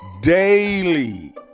daily